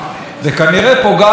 מי אמר את הדברים הללו?